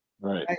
Right